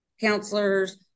counselors